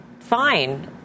fine